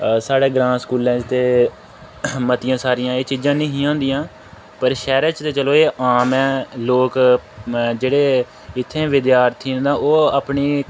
स्हाड़े ग्रांऽ स्कूलै च ते मतियां सारियां एह् चीजां नेईं हियां होंदिया पर शैह्रै च तां चलो एह् आम ऐ लोग जेह्ड़े इत्थें विद्यार्थी दा न ओह् अपनी